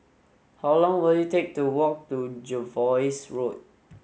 how long will it take to walk to Jervois Road